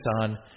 on